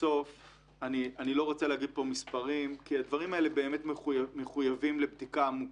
אני לא רוצה להגיד מספרים כי הדברים האלה מחויבים לבדיקה עמוקה,